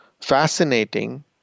fascinating